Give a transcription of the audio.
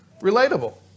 relatable